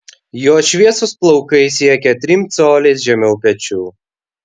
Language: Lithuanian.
jo šviesūs plaukai siekia trim coliais žemiau pečių